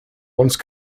once